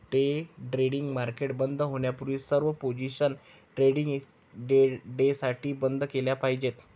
day trading market बंद होण्यापूर्वी सर्व पोझिशन्स ट्रेडिंग डेसाठी बंद केल्या पाहिजेत